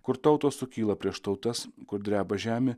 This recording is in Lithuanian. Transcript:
kur tautos sukyla prieš tautas kur dreba žemė